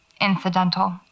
incidental